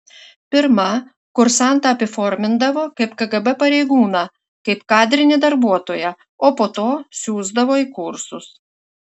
pirma kursantą apiformindavo kaip kgb pareigūną kaip kadrinį darbuotoją o po to siųsdavo į kursus